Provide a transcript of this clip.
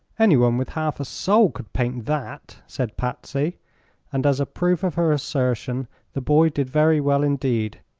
anyone with half a soul could paint that! said patsy and as a proof of her assertion the boy did very well indeed,